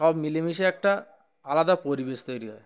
সব মিলেমিশে একটা আলাদা পরিবেশ তৈরি হয়